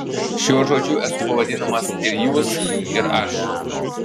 šiuo žodžiu esu pavadinamas ir jūs ir aš